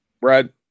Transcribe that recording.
Brad